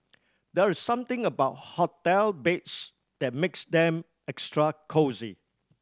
there is something about hotel beds that makes them extra cosy